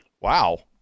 Wow